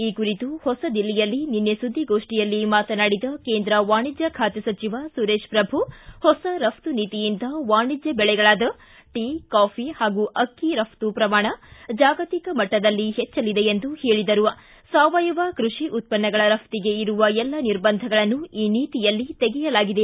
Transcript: ಈ ಕುರಿತು ಹೊಸದಿಲ್ಲಿಯಲ್ಲಿ ನಿನ್ನೆ ಸುದ್ದಿಗೋಷ್ಠಿಯಲ್ಲಿ ಮಾತನಾಡಿದ ಕೇಂದ್ರ ವಾಣಿಜ್ಯ ಖಾತೆ ಸಚಿವ ಸುರೇಶ್ ಪ್ರಭು ಹೊಸ ರಫ್ತು ನೀತಿಯಿಂದ ವಾಣಿಜ್ಯ ಬೆಳೆಗಳಾದ ಟೀ ಕಾಫಿ ಹಾಗೂ ಅಕ್ಕಿ ರಫ್ತು ಪ್ರಮಾಣ ಜಾಗತಿಕ ಮಟ್ಟದಲ್ಲಿ ಹೆಚ್ಚಲಿದೆ ಎಂದು ಹೇಳಿದರು ಸಾವಯವ ಕೃಷಿ ಉತ್ಪನ್ನಗಳ ರಫ್ಟಿಗೆ ಇರುವ ಎಲ್ಲ ನಿರ್ಬಂಧಗಳನ್ನು ಈ ನೀತಿಯಲ್ಲಿ ತೆಗೆಯಲಾಗಿದೆ